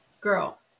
Girl